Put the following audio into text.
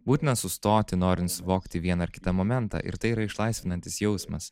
būtina sustoti norint suvokti vieną ar kitą momentą ir tai yra išlaisvinantis jausmas